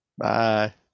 Bye